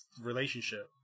relationship